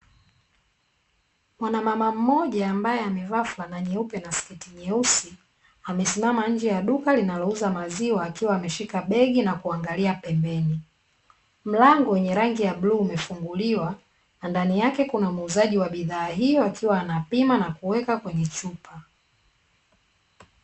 Mwanamama mmoja ambaye amevaa fulana nyeupe na sketi nyeusi, amesimama nje ya duka linalouza maziwa akiwa ameshika begi na kuangalia pembeni. Mlango wenye rangi ya bluu umefunguliwa, na ndani yake kuna muuzaji wa bidhaa hiyo akiwa anapima na kuweka kwenye chupa.